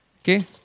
Okay